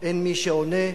אין מי שעונה.